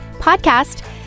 podcast